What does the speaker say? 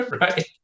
right